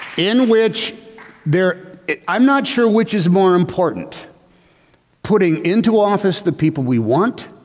in which there i'm not sure which is more important putting into office the people we want.